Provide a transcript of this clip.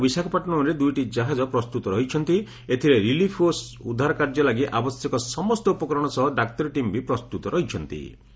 ଚେନ୍ନାଇ ଓ ବିଶାଖାପଟନମ୍ରେ ଦୁଇଟି ଜାହାଜ ପ୍ରସ୍ଠୁତ ରହିଛନ୍ତି ଏଥିରେ ରିଲିଫ୍ ଓ ଉଦ୍ଧାର କାର୍ଯ୍ୟ ଳାଗି ଆବଶ୍ୟକ ସମସ୍ତ ଉପକରଣ ସହ ଡାକ୍ତରୀ ଟିମ୍ ବି ପ୍ରସ୍ତୁତ ରହିଛନ୍ତି